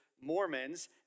Mormons